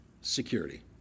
security